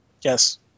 Yes